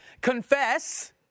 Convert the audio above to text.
confess